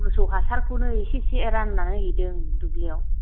मोसौ हासारखौनो एसे एसे राननानै हैदों दुब्लिआव